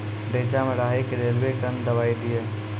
रेचा मे राही के रेलवे कन दवाई दीय?